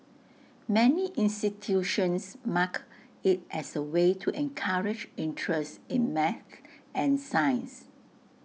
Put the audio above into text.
many institutions mark IT as A way to encourage interest in math and science